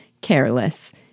careless—